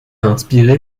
inspiré